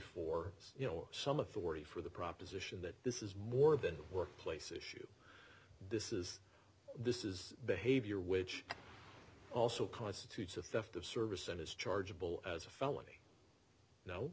for you know some authority for the proposition that this is more than workplace issue this is this is behavior which also constitutes a theft of service and is chargeable as a felony no